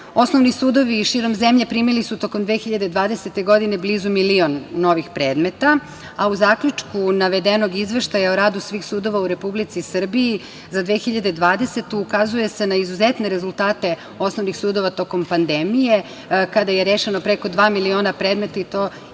veća. Osnovni sudovi širom zemlje primili su tokom 2020. godine blizu milion novih predmeta, a u Zaključku navedenog izveštaja o radu svih sudova u Republici Srbiji za 2020. godinu, ukazuje se na izuzetne rezultate osnovnih sudova tokom pandemije, kada je rešeno preko dva miliona predmeta i to jeste